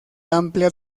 amplia